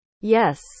yes